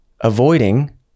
avoiding